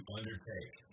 undertake